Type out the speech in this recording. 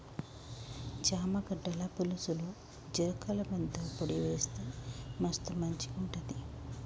చామ గడ్డల పులుసులో జిలకర మెంతుల పొడి వేస్తె మస్తు మంచిగుంటది